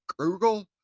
Krugel